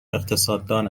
اقتصاددان